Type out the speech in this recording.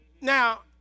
Now